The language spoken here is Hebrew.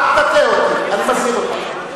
אל תטעה אותי, אני מזהיר אותך.